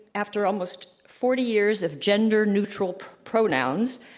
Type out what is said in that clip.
after almost forty years of gender neutral pronouns,